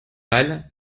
mal